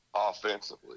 Offensively